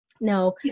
no